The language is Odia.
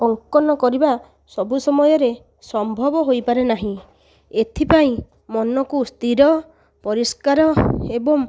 ଅଙ୍କନ କରିବା ସବୁ ସମୟରେ ସମ୍ଭବ ହୋଇପାରେ ନାହିଁ ଏଥିପାଇଁ ମନକୁ ସ୍ଥିର ପରିସ୍କାର ଏବଂ